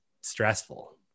stressful